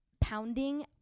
pounding